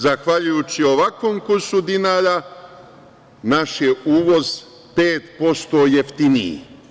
Zahvaljujući ovakvom kursu dinara, naš je uvoz 5% jeftiniji.